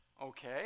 Okay